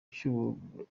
cy’uburwayi